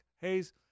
Hayes